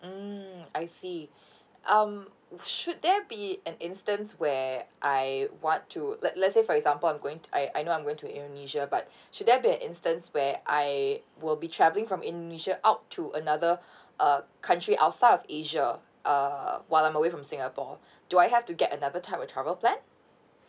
mm I see um should there be an instance where I want to let let's say for example I'm going t~ I I know I'm going to indonesia but should there be an instance where I will be travelling from indonesia out to another uh country outside of asia uh while I'm away from singapore do I have to get another type of travel plan